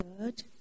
Third